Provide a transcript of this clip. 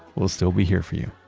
we'll still be here for you.